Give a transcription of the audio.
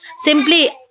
Simply